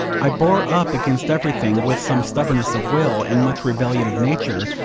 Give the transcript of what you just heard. i bore up against everything with some stubbornness of will and much rebellion of nature,